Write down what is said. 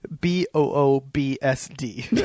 B-O-O-B-S-D